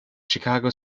chicago